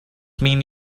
mean